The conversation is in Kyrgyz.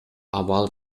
абал